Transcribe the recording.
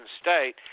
state